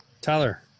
Tyler